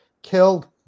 Killed